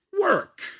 work